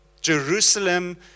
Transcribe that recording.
Jerusalem